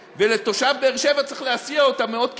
ולתושב באר-שבע צריך להסיע אותם מאות קילומטרים.